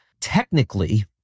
technically